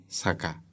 saka